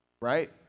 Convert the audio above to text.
Right